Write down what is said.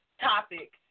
topic